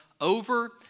over